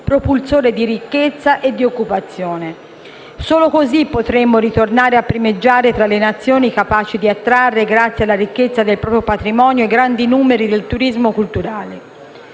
propulsore di ricchezza e di occupazione. Solo così potremo tornare a primeggiare tra le Nazioni capaci di attrarre, grazie alla ricchezza del proprio patrimonio, i grandi numeri del turismo culturale.